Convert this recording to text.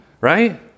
right